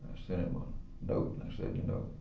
sent him a note and i said, you know,